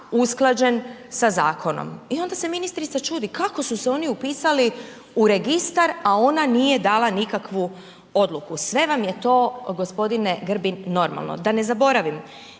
usklađen sa zakonom. I onda se ministrica čudi kako su se oni upisali u registar, a ona nije dala nikakvu odluku. Sve vam je to gospodine Grbin normalno. Da ne zaboravim,